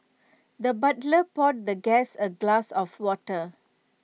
the butler poured the guest A glass of water